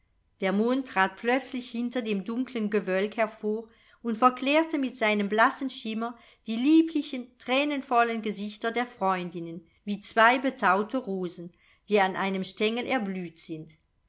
der mond trat plötzlich hinter dem dunklen gewölk hervor und verklärte mit seinem blassen schimmer die lieblichen thränenvollen gesichter der freundinnen wie zwei betaute rosen die an einem stengel erblüht sind